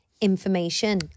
information